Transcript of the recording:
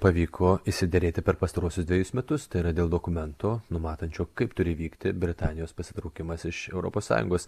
pavyko išsiderėti per pastaruosius dvejus metus tai yra dėl dokumentų numatančių kaip turi vykti britanijos pasitraukimas iš europos sąjungos